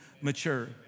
mature